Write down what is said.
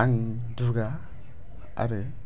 आं दुगा आरो